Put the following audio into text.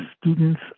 students